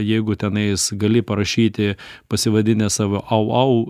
jeigu tenais gali parašyti pasivadinęs save au au